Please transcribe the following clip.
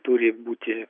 turi būti